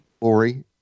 lori